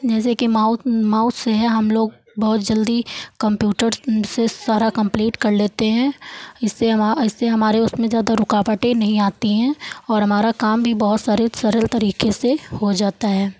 जैसे के mouth mouse से है हम लोग बहुत जल्दी कम्प्यूटर से सारा कम्प्लीट कर लेते हैं इससे हमा इससे हमारे उसमें ज़्यादा रुकावटें नहीं आती है और हमारा काम भी बहुत सारे सरल तरीके से हो जाता है